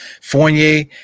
Fournier